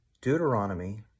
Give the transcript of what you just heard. Deuteronomy